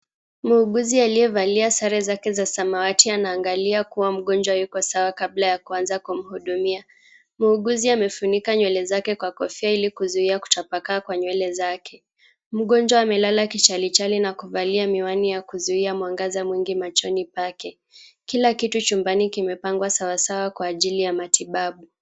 Muuguzi aliyevalia sare zake za samawati anaangalia kuwa mgonjwa yuko sawa kabla ya kuanza kumhudumia. Muuguzi amefunika nywele zake kwa kofia ili kuzuia kutapakaa kwa nywele zake. Mgonjwa amelala kichalichali na kuvalia miwani ya kuzuia mwangaza mingi machoni pake. Kila kitu chumbani kimepangwa sawa sawa kwa ajili ya matibabu.